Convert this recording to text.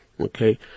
okay